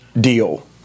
deal